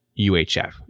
UHF